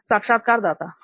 साक्षात्कारदाता हां